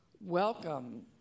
welcome